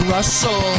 Russell